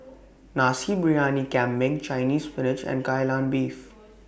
Nasi Briyani Kambing Chinese Spinach and Kai Lan Beef